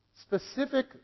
specific